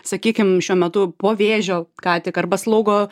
sakykim šiuo metu po vėžio ką tik arba slaugo